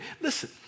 Listen